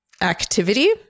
activity